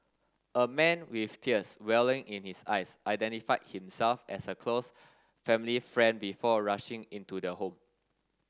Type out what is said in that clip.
a man with tears welling in his eyes identified himself as a close family friend before rushing into the home